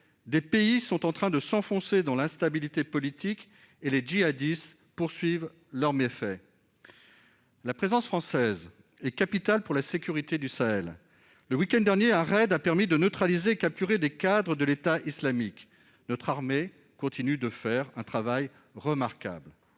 Des pays sont en train de s'enfoncer dans l'instabilité politique, et les djihadistes poursuivent leurs méfaits. La présence française est capitale pour la sécurité du Sahel. Le week-end dernier, un raid a permis de neutraliser et de capturer des cadres de l'État islamique. Notre armée continue de faire un travail remarquable.